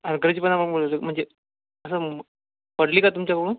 हलगर्जीपणामुळे हरवली म्हणजे असं पडली का तुमच्याकडून